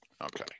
Okay